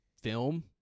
film